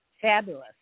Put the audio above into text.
fabulous